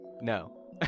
No